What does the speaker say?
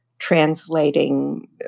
translating